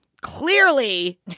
Clearly